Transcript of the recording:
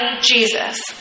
Jesus